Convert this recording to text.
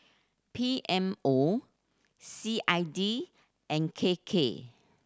P M O C I D and K K